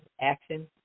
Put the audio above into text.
Action